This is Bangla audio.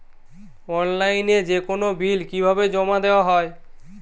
অনলাইনে যেকোনো বিল কিভাবে জমা দেওয়া হয়?